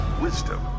wisdom